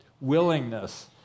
willingness